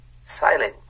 silent